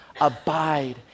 abide